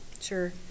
sure